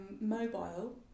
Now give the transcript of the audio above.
mobile